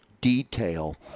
detail